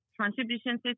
contributions